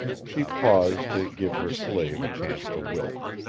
she paused to give her slave a chance to wilt.